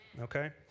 Okay